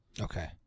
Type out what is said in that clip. Okay